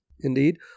indeed